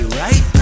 right